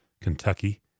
Kentucky